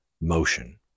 motion